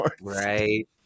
Right